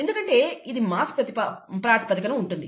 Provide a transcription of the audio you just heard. ఎందుకంటే ఇది మాస్ ప్రాతిపదికను ఉంటుంది